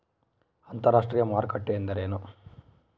ಅಂತರಾಷ್ಟ್ರೇಯ ಮಾರುಕಟ್ಟೆ ಎಂದರೇನು?